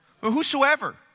Whosoever